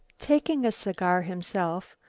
taking a cigar himself,